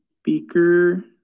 speaker